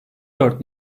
dört